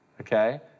okay